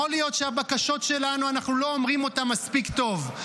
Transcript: יכול להיות שאנחנו לא אומרים את הבקשות שלנו מספיק טוב.